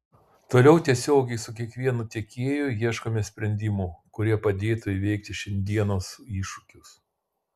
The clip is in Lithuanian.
toliau tiesiogiai su kiekvienu tiekėju ieškome sprendimų kurie padėtų įveikti šiandienos iššūkius